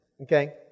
Okay